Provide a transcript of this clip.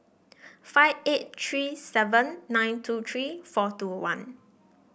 five eight three seven nine two three four two one